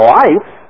life